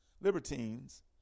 libertines